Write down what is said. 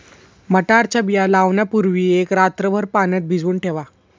मटारच्या बिया लावण्यापूर्वी एक रात्रभर पाण्यात भिजवून ठेवा